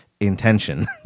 intention